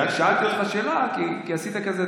שאלתי אותך שאלה כי עשית כזה,